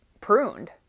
pruned